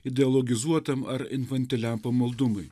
ideologizuotam ar infantiliam pamaldumui